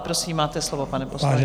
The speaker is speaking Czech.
Prosím, máte slovo, pane poslanče.